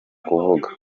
kuvuga